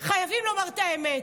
חייבים לומר את האמת.